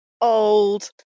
old